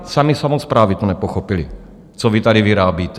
Samy samosprávy to nepochopily, co vy tady vyrábíte.